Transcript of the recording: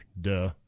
Duh